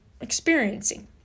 experiencing